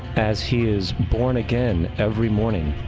as he is born again every morning,